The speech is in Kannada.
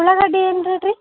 ಉಳ್ಳಾಗಡ್ಡಿ ಏನು ರೇಟ್ ರೀ